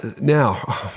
now